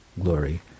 glory